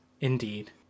indeed